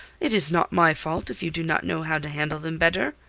it is not my fault if you do not know how to handle them better.